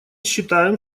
считаем